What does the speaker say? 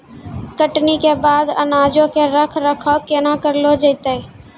कटनी के बाद अनाजो के रख रखाव केना करलो जैतै?